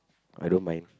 I don't mind